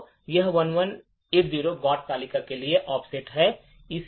तो यह 1180 GOT तालिका के लिए ऑफसेट है